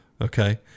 Okay